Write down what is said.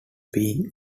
being